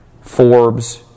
Forbes